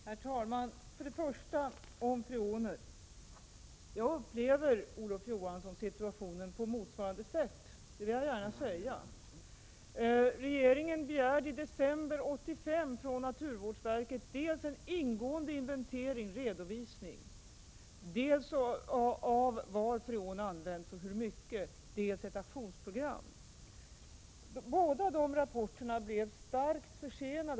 Herr talman! Först några ord om freonen. Jag upplever, Olof Johansson, situationen på motsvarande sätt, det vill jag gärna säga. Regeringen begärde i december 1985 från naturvårdsverket dels en ingående redovisning av var freon används och hur mycket, dels ett aktionsprogram. Båda rapporterna blev starkt försenade.